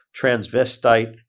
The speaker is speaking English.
transvestite